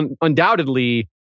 undoubtedly